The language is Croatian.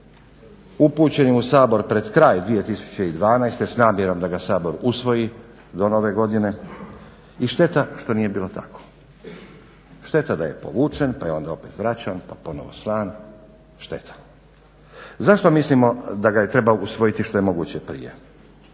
upućen je u Sabor pred kraj 2012.s namjerom da ga Sabor usvoji do Nove godine i šteta što nije bilo tako. Šteta da je povučen, pa je onda opet vraćan, pa ponovno slan, šteta. Zašto mislimo da ga treba usvojiti što je moguće prije,